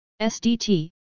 SDT